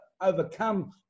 overcome